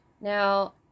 Now